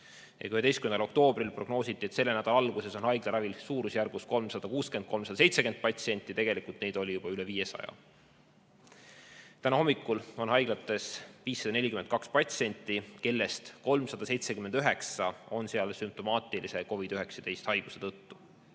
11. oktoobril prognoositi, et selle nädala alguses on haiglaravil 360–370 patsienti, siis tegelikult oli neid juba üle 500. Täna hommikul on haiglates 542 patsienti, kellest 379 on seal sümptomaatilise COVID‑19 haiguse tõttu.